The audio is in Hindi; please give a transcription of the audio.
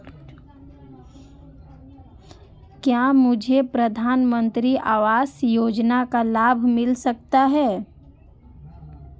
क्या मुझे प्रधानमंत्री आवास योजना का लाभ मिल सकता है?